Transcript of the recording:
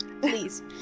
please